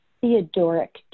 Theodoric